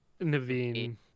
Naveen